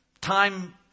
time